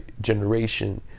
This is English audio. generation